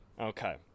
Okay